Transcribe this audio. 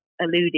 alluded